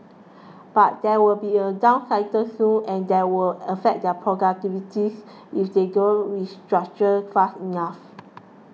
but there will be a down cycle soon and that will affect their productivities if they don't restructure fast enough